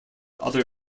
other